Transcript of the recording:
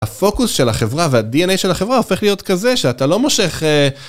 הפוקוס של החברה והדי.אן.איי של החברה הופך להיות כזה שאתה לא מושך...